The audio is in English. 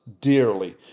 dearly